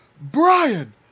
Brian